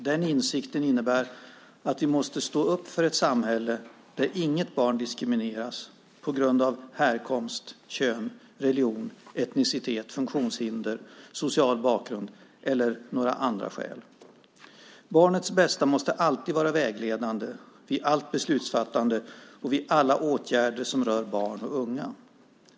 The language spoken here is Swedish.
Den insikten innebär att vi måste stå upp för ett samhälle där inget barn diskrimineras på grund av härkomst, kön, religion, etnicitet, funktionshinder, social bakgrund eller annat. Barnets bästa måste alltid vara vägledande vid allt beslutsfattande och vid alla åtgärder som rör barn och unga.